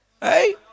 Hey